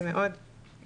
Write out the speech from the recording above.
זה מאוד מוגדר,